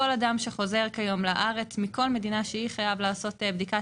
כל אדם שחוזר כיום לארץ מכל מדינה שהיא חייב לעשות בדיקת